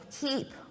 Keep